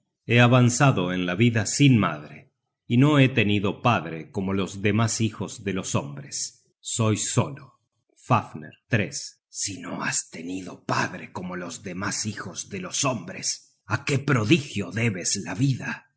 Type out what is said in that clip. he avanzado en la vida sin madre y no he tenido padre como los demas hijos de los hombres soy solo fafner si no has tenido padre como los demas hijos de los hombres a qué prodigio debes la vida